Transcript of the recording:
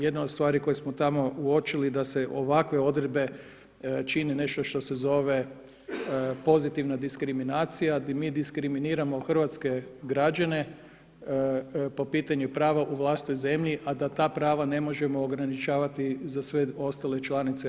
Jedna od stvari koje smo tamo uočili da se ovakve odredbe čine nešto što se zove pozitivna diskriminacija gdje mi diskriminiramo hrvatske građane po prava u vlastitoj zemlji, a da ta prava ne možemo ograničavati za sve ostale članice EU.